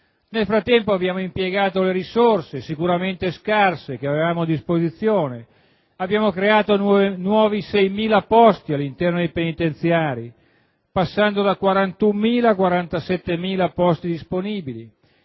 Nel frattempo, abbiamo impiegato le risorse, sicuramente scarse, che avevamo a disposizione. Abbiamo creato 6.000 nuovi posti all'interno dei penitenziari, passando da 41.000 a 47.000 posti disponibili.